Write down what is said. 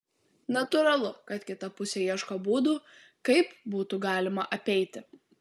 natūralu kad kita pusė ieško būdų kaip būtų galima apeiti